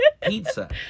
pizza